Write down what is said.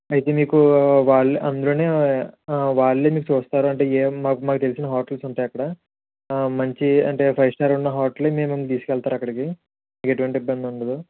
అయితే మీకు వాళ్ళే అందులోనే వాళ్ళే మీకు చూస్తారు అంటే ఎమ్ మాకు మాకు తెలిసిన హోటల్స్ ఉంటాయ అక్కడ మంచి అంటే ఫై స్టార్ ఉన్న హోటలే మిమ్మలని తీసుకెళ్తారక్కడకి ఎటువంటి ఇబ్బంది ఉండదు